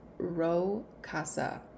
rocasa